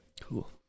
Cool